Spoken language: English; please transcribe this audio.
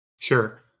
Sure